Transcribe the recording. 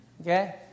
Okay